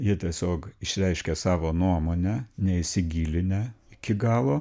jie tiesiog išreiškia savo nuomonę neįsigilinę iki galo